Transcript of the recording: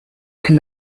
can